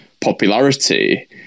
popularity